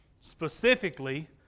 specifically